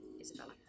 Isabella